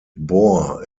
bore